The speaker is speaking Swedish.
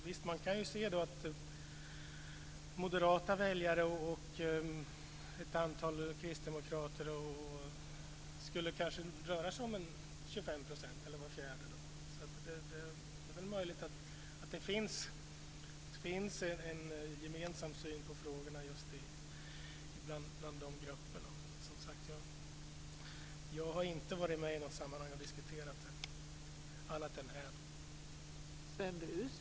Visst kan man tänka sig att det bland moderata väljare och kristdemokrater skulle kunna röra sig om 25 %, eller vart fjärde hushåll, så det är möjligt att det finns en gemensam syn på frågan just bland de grupperna. Men jag har inte varit med om att diskutera det, som sagt var, annat än här.